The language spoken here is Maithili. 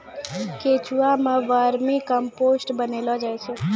केंचुआ सें वर्मी कम्पोस्ट बनैलो जाय छै